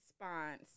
response